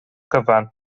gyfan